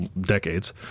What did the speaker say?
decades